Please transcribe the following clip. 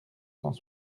cent